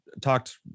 talked